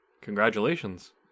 congratulations